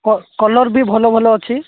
କଲ କଲର ବି ଭଲ ଭଲ ଅଛି